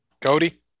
Cody